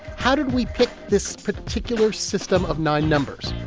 how did we pick this particular system of nine numbers?